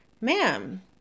ma'am